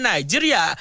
Nigeria